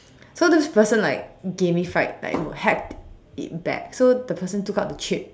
so this person like gamified like hacked it back so the person took out the chip